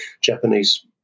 Japanese